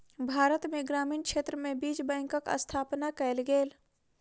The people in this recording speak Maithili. भारत में ग्रामीण क्षेत्र में बीज बैंकक स्थापना कयल गेल